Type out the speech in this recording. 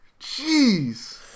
Jeez